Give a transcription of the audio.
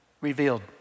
revealed